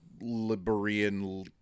Liberian